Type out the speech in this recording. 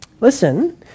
listen